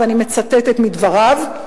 ואני מצטטת מדבריו: